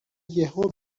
یهو